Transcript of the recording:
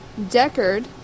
Deckard